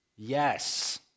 Yes